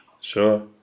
Sure